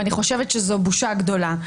ואני חושבת שזו בושה גדולה.